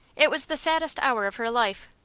it was the saddest hour of her life.